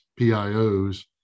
PIOs